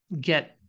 get